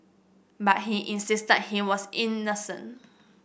but he insisted he was innocent